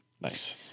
Nice